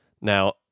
Now